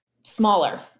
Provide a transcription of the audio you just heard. smaller